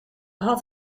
had